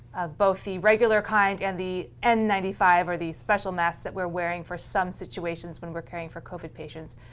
of both the regular kind and the n ninety five or these special masks that we're wearing for some situations when we're caring for covid patients.